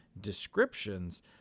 descriptions